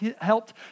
helped